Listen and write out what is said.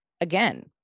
Again